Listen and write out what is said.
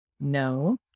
No